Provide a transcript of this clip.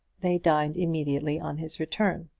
they dined immediately on his return.